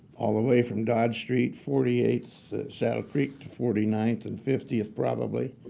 all the way from dodge street, forty eighth saddlecreek to forty ninth and fiftieth, probably.